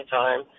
time